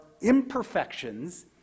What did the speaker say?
imperfections